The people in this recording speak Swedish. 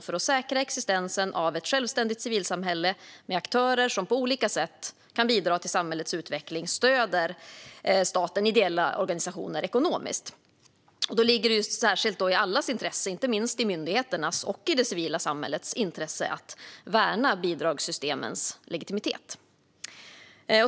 För att säkra existensen av ett självständigt civilsamhälle med aktörer som på olika sätt kan bidra till samhällets utveckling stöder staten ideella organisationer ekonomiskt. Det ligger därför i allas intresse, inte minst i myndigheternas och i det civila samhällets intresse, att värna bidragssystemens legitimitet.